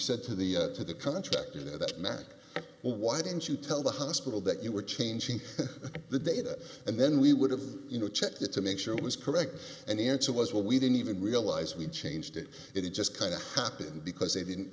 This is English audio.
said to the to the contractor that maque well why didn't you tell the hospital that you were changing the data and then we would have you know checked it to make sure it was correct and the answer was well we didn't even realize we changed it it just kind of happened because they didn't